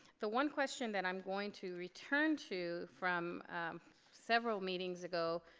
the one question that i'm going to return to from several meetings ago,